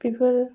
बेफोर